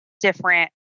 different